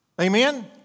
Amen